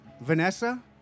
Vanessa